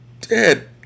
dead